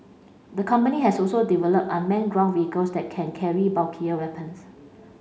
the company has also developed unmanned ground vehicles that can carry bulkier weapons